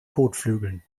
kotflügeln